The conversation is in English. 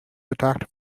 attacked